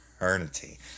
eternity